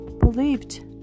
believed